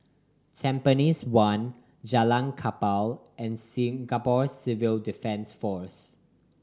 Tampines One Jalan Kapal and Singapore Civil Defence Force